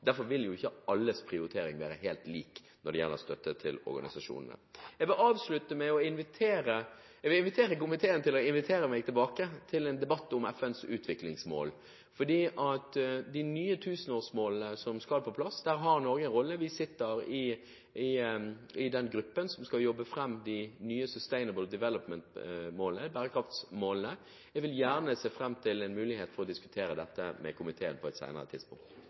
Derfor vil ikke alles prioritering være helt lik når det gjelder støtte til organisasjonene. Jeg vil avslutte med å invitere komiteen til å invitere meg tilbake til en debatt om FNs utviklingsmål, for når de nye tusenårsmålene skal på plass, har Norge en rolle. Vi sitter i den gruppen som skal jobbe fram de nye «sustainable development»-målene – bærekraftsmålene. Jeg ser gjerne fram til en mulighet til å diskutere dette med komiteen på et senere tidspunkt.